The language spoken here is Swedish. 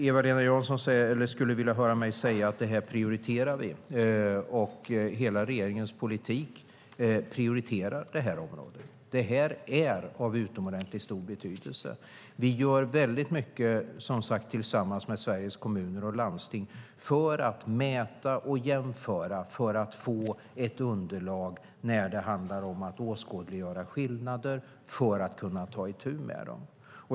Eva-Lena Jansson skulle vilja höra mig säga att vi prioriterar detta. Hela regeringens politik prioriterar detta område. Detta är av utomordentligt stor betydelse. Vi gör, som sagt, mycket tillsammans med Sveriges Kommuner och Landsting genom att mäta och jämföra för att få ett underlag när det handlar om att åskådliggöra skillnader och för att kunna ta itu med dem.